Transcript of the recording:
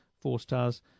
four-stars